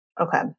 Okay